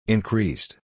Increased